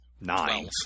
nine